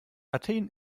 athen